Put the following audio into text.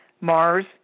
Mars